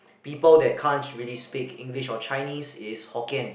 people that can't really speak English or Chinese is Hokkien